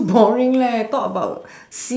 so boring leh talk about